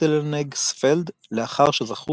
לשטטלנגספלד לאחר שזכו